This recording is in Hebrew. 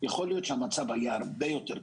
יכול להיות שהמצב היה הרבה יותר טוב.